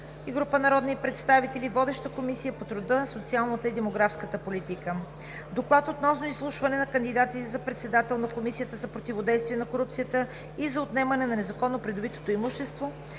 и група народни представители. Водеща е Комисията по труда, социалната и демографската политика. Доклад относно изслушване на кандидатите за председател на Комисията за противодействие на корупцията и за отнемане на незаконно придобитото имущество.